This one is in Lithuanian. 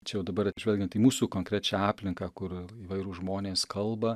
čia jau dabar žvelgiant į mūsų konkrečiai aplinką kur įvairūs žmonės kalba